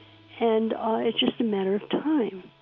and ah it's just a matter of time